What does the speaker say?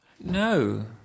No